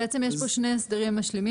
בעצם יש פה שני הסדרים משלימים,